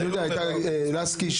אני יודע, הייתה חברת הכנסת לסקי,